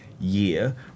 year